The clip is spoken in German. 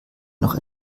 noch